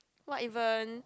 what even